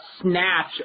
Snatch